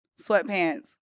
sweatpants